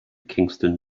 kingston